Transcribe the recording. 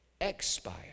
expire